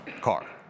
car